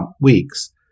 weeks